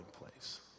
place